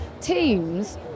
teams